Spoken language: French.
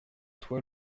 toi